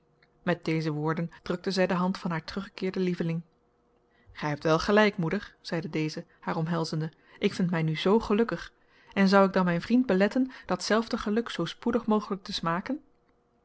met deze woorden drukte zij de hand van haar teruggekeerden lieveling gij hebt wel gelijk moeder zeide deze haar omhelzende ik vind mij nu zoo gelukkig en zou ik dan mijn vriend beletten dat zelfde geluk zoo spoedig mogelijk te smaken